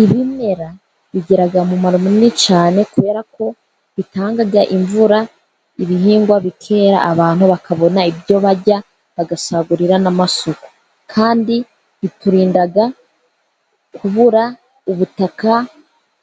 Ibimera bigira umumaro munini cyane kubera ko bitanga imvura. Ibihingwa bikera, abantu bakabona ibyo barya, bagasagurira n'amasoko. Kandi biturinda kubura ubutaka,